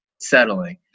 settling